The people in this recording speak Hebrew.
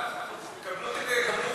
מאה אחוז, יקבלו תקציב.